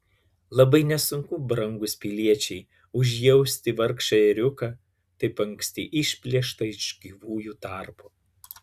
labai nesunku brangūs piliečiai užjausti vargšą ėriuką taip anksti išplėštą iš gyvųjų tarpo